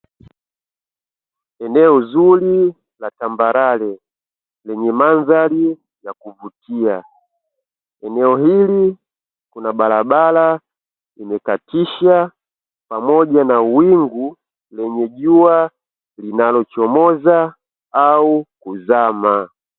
Eneo zuri la tambarare, lenye mandhari ya kuvutia. Eneo hili kuna barabara imekatisha pamoja na wingu lenye jua linalochomoza au kuzama.